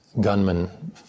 gunman